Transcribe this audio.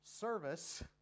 service